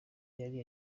yari